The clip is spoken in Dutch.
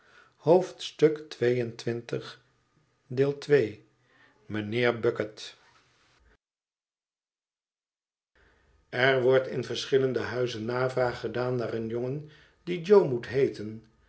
er wordt in verschillende huizen navraag gedaan naar een jongen die jo moet heeten